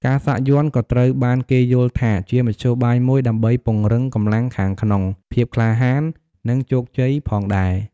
ការសាក់យ័ន្តក៏ត្រូវបានគេយល់ថាជាមធ្យោបាយមួយដើម្បីពង្រឹងកម្លាំងខាងក្នុង ភាពក្លាហាន និងជោគជ័យផងដែរ។